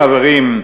חברים,